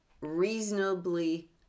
reasonably